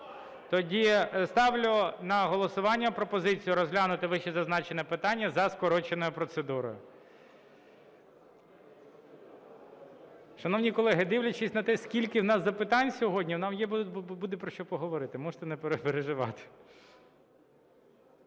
Тоді ставлю на голосування пропозицію розглянути вищезазначене питання за скороченою процедурою. Шановні колеги, дивлячись на те, скільки у нас запитань сьогодні, нам буде про що поговорити, можете не переживати.